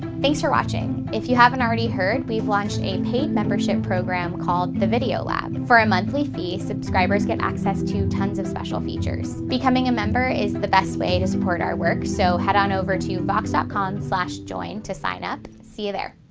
thanks for watching. if you haven't already heard, we've launched a paid membership program called the video lab for a monthly fee, subscribers get access to tons of special features. becoming a member is the best way to support our work, so head on over to vox dot com slash join to sign up. see you there.